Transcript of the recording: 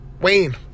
Wayne